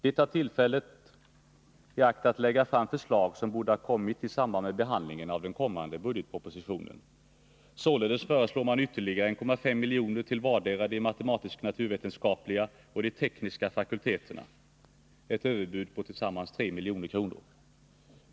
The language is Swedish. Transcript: De tar tillfället i akt att lägga fram förslag som borde ha framförts i samband med behandlingen av den kommande budgetpropositionen. Således föreslår man ytterligare 1,5 milj.kr. vardera till de matematisk-naturvetenskapliga och de tekniska fakulteterna — ett överbud på 3 milj.kr.